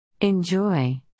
Enjoy